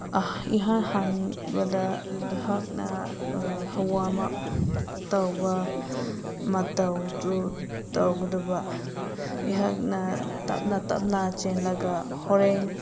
ꯏꯍꯥꯟ ꯍꯥꯟꯕꯗ ꯑꯩꯍꯥꯛꯅ ꯋꯥꯝ ꯑꯞ ꯇꯧꯕ ꯃꯇꯧꯗꯨ ꯇꯧꯒꯗꯕ ꯑꯩꯍꯥꯛꯅ ꯇꯞꯅ ꯇꯞꯅ ꯆꯦꯜꯂꯒ ꯍꯣꯔꯦꯟ